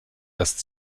erst